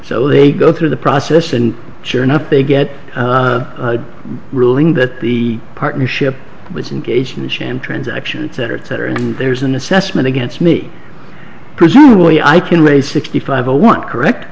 so they go through the process and sure enough they get a ruling that the partnership was engaged in a sham transaction it's at its center and there's an assessment against me presumably i can raise sixty five a want correct